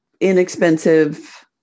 inexpensive